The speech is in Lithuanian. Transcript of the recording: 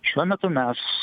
šiuo metu mes